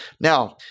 Now